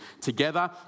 together